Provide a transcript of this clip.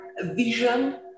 vision